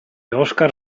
oscar